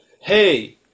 hey